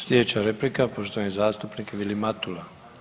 Sljedeća replika, poštovani zastupnik Vilim Matula.